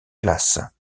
place